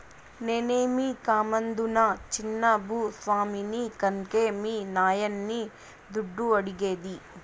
నేనేమీ కామందునా చిన్న భూ స్వామిని కన్కే మీ నాయన్ని దుడ్డు అడిగేది